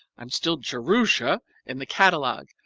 i'm still jerusha in the catalogue,